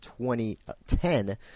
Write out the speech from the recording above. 2010